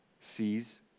sees